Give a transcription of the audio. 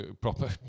proper